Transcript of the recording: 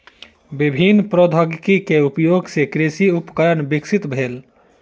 विभिन्न प्रौद्योगिकी के उपयोग सॅ कृषि उपकरण विकसित भेल